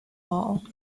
all